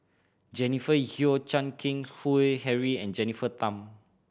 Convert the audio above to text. Jennifer Yeo Chan Keng Howe Harry and Jennifer Tham